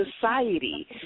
society